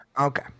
okay